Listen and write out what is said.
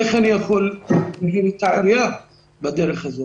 איך אני יכול לנהל את העירייה בדרך הזאת?